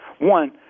one